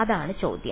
അതാണ് ചോദ്യം